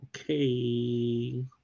Okay